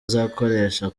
azakoresha